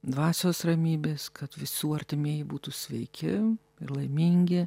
dvasios ramybės kad visų artimieji būtų sveiki ir laimingi